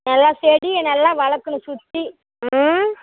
நல்லா செடியை நல்லா வளர்க்கணும் சுற்றி ம்